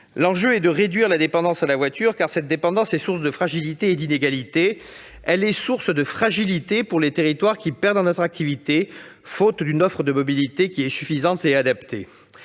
L'enjeu est de réduire la dépendance à la voiture, car elle est source de fragilités et d'inégalités. Elle est d'abord source de fragilités pour les territoires qui perdent en attractivité faute d'une offre de mobilité suffisante et adaptée.